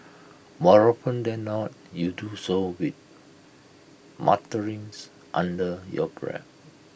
more often than not you do so with mutterings under your breath